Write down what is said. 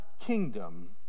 kingdom